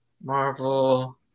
Marvel